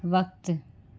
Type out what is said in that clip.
वक़्तु